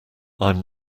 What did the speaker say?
i’m